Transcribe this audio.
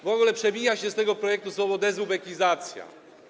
W ogóle przewija się w tym projekcie słowo „dezubekizacja”